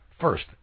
first